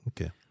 Okay